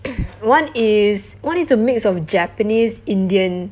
one is one is a mix of japanese indian